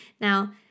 Now